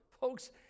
folks